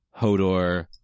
Hodor